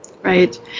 Right